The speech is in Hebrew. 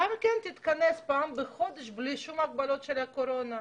לא תתכנס פעם בחודש ללא הגבלות של הקורונה.